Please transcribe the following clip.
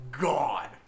God